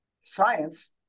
science